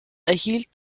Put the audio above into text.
erhielt